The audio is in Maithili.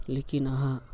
लेकिन अहाँ